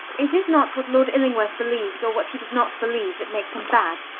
it is not what lord illingworth believes, or what he does not believe, that makes him bad.